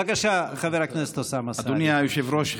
בבקשה, חבר הכנסת אוסאמה סעדי.